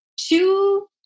two